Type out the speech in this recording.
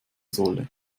solle